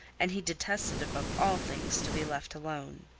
and he detested above all things to be left alone.